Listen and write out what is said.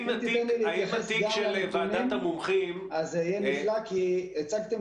אם תיתן לי להתייחס לנתונים זה יהיה נפלא כי הצגתם